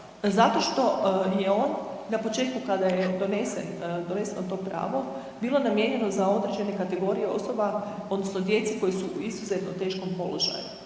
Zato što je on na početku kada je donesen, doneseno to pravo bilo namijenjeno za određene kategorije osoba odnosno djece koja su u izuzetno teškom položaju.